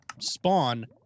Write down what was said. spawn